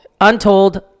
Untold